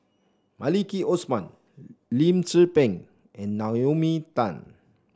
Maliki Osman Lim Tze Peng and Naomi Tan